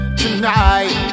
tonight